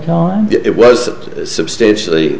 time it was substantially